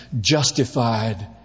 justified